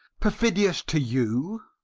perfidious to you?